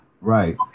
Right